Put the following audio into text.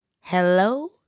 Hello